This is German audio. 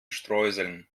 streuseln